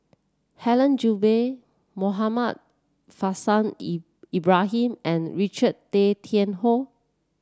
Helen Gilbey Muhammad Faishal Ibrahim and Richard Tay Tian Hoe